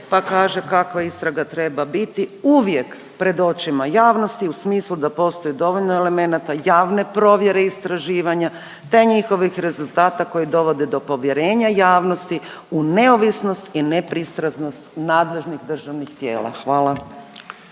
pa kaže kakva istraga treba biti, uvijek pred očima javnosti u smislu da postoji dovoljno elemenata javne provjere istraživanja, te njihovih rezultata koji dovode do povjerenja javnosti u neovisnost i nepristranost nadležnih državnih tijela, hvala.